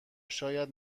شاید